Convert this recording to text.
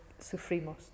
sufrimos